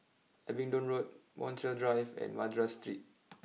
Abingdon Road Montreal Drive and Madras Street